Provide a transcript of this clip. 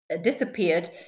disappeared